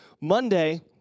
Monday